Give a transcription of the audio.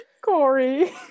Corey